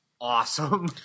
awesome